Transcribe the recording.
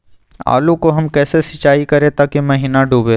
आलू को हम कैसे सिंचाई करे ताकी महिना डूबे?